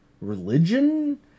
religion